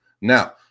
Now